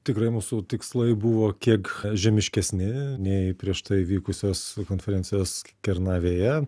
tikrai mūsų tikslai buvo kiek žemiškesni nei prieš tai vykusios konferencijos kernavėje